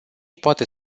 poate